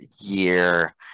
year